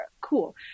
Cool